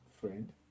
friend